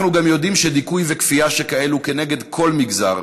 אנחנו גם יודעים שדיכוי וכפייה כאלה כנגד כל מגזר,